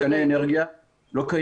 הגדלה של מתקני אנרגיה, לא קיימת.